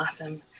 Awesome